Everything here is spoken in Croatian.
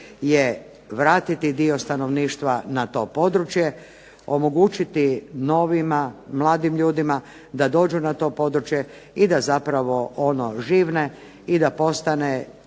je vratiti dio stanovništva na to područje, omogućiti novima, mladim ljudima da dođu na to područje i da zapravo ono živne i da postane